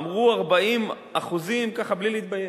אמרו 40%, ככה בלי להתבייש.